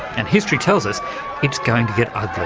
and history tells us it's going to get ugly.